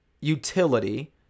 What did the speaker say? utility